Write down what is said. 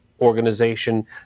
organization